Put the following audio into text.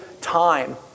time